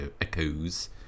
echoes